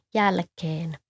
jälkeen